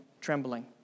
trembling